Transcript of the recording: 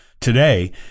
Today